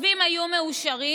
הצווים היו מאושרים